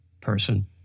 person